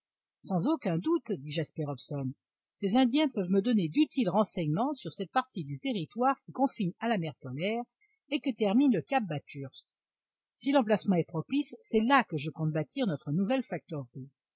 sans aucun doute dit jasper hobson ces indiens peuvent me donner d'utiles renseignements sur cette partie du territoire qui confine à la mer polaire et que termine le cap bathurst si l'emplacement est propice c'est là que je compte bâtir notre nouvelle